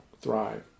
thrive